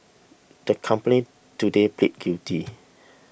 the company today pleaded guilty